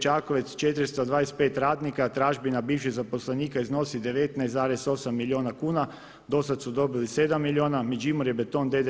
Čakovec, 425 radnika, tražbina bivših zaposlenika iznosi 19,8 milijuna kuna, do sada su dobili 7 milijuna, Međimurje Beton d.d.